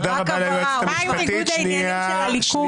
מה עם ניגוד העניינים של הליכוד?